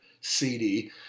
CD